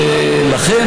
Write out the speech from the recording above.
לכן,